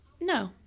No